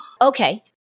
Okay